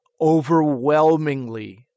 overwhelmingly